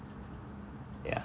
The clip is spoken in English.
ya